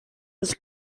was